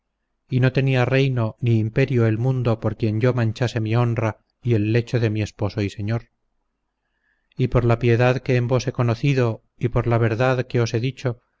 y no tenía reino ni imperio el mundo por quien yo manchase mi honra y el lecho de mi esposo y señor y por la piedad que en vos he conocido y por la verdad que os he dicho